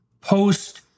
post